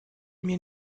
mir